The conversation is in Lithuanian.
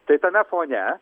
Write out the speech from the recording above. tai tame fone